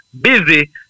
busy